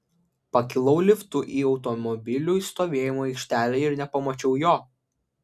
pakilau liftu į automobilių stovėjimo aikštelę ir nepamačiau jo